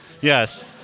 Yes